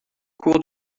cours